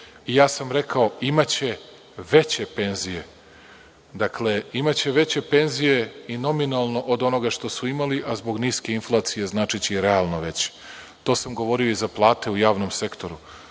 ja sam rekao – imaće veće penzije. Dakle, imaće veće penzije i nominalno od onoga što su imali a zbog niske inflacije značiće i realno veće. To sam govorio i za plate u javnom sektoru.